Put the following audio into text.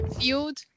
field